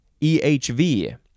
EHV